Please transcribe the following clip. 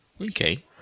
Okay